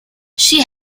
she